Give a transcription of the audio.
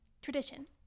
tradition